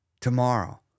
tomorrow